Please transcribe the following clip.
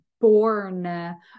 born